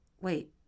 Wait